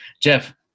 jeff